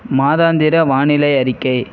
மாதாந்திர வானிலை அறிக்கை